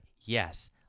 yes